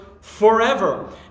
forever